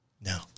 No